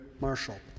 Marshall